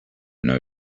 know